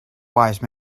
wise